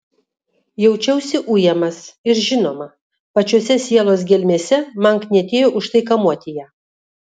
jaučiausi ujamas ir žinoma pačiose sielos gelmėse man knietėjo už tai kamuoti ją